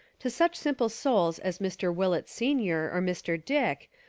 to such sim ple souls as mr. willett senior, or mr. dick,